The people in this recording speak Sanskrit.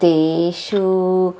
तेषु